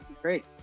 great